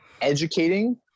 educating